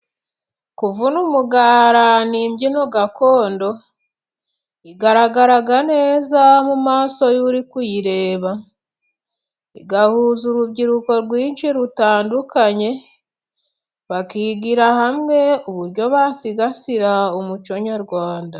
Kuvuna umugara n'imbyino gakondo. Igaragara neza mu maso y' uri kuyireba, ihuza urubyiruko rwinshi rutandukanye, bakigira hamwe uburyo basigasira umuco nyarwanda.